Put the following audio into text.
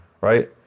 right